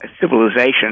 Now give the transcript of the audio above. civilization